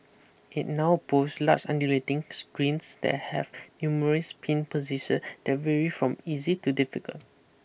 it now boss large undulating screens that have numerous pin position that vary from easy to difficult